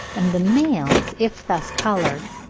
and the males, if thus coloured,